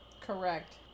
Correct